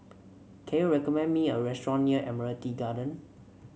can you recommend me a restaurant near Admiralty Garden